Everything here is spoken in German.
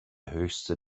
höchste